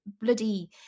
bloody